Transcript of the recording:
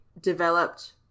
developed